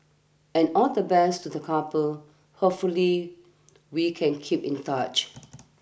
and all the best to the couple hopefully we can keep in touch